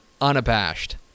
unabashed